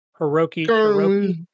Hiroki